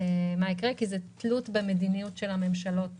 מה יקרה כי זה תלוי במדיניות של הממשלות